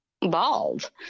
bald